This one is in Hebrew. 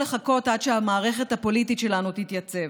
לחכות עד שהמערכת הפוליטית שלנו תתייצב.